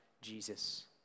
Jesus